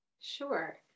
Sure